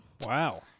Wow